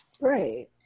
right